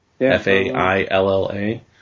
F-A-I-L-L-A